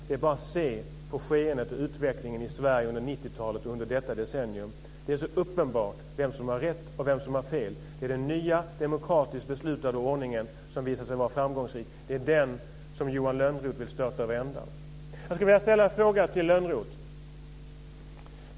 Det är bara att se på skeendet och utvecklingen i Sverige under 90-talet och under detta decennium. Det är så uppenbart vem som har rätt och vem som har fel. Det är den nya demokratiskt beslutade ordningen som visar sig vara framgångsrik. Det är den som Johan Lönnroth vill störta över ända. Jag skulle vilja ställa en fråga till Lönnroth.